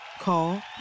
Call